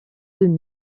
demi